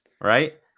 right